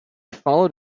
followed